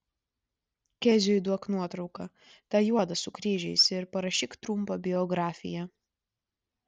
keziui duok nuotrauką tą juodą su kryžiais ir parašyk trumpą biografiją